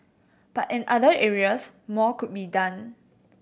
but in other areas more could be done